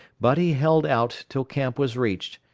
but he held out till camp was reached,